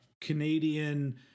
canadian